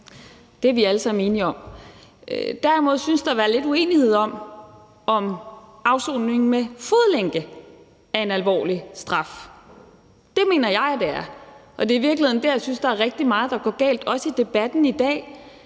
det er vi alle sammen enige om. Derimod synes der at være lidt uenighed om, om afsoning med fodlænke er en alvorlig straf. Det mener jeg at det er, og det er i virkeligheden der, jeg synes der er rigtig meget der går galt, også i debatten i dag